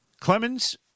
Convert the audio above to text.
Clemens